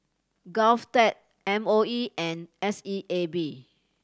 GovTech M O E and S E A B